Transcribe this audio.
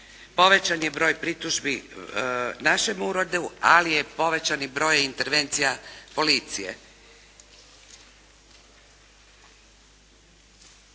Povećan je broj pritužbi našem uredu, ali je povećan i broj intervencija policije.